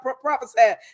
prophesied